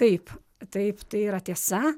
taip taip tai yra tiesa